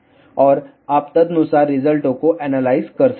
और आप तदनुसार रिजल्टों को एनालाइज कर सकते हैं